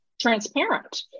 transparent